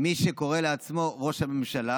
מי שקורא לעצמו ראש הממשלה,